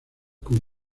con